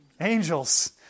angels